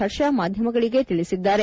ಹರ್ಷ ಮಾಧ್ಯಮಗಳಿಗೆ ತಿಳಿಸಿದ್ದಾರೆ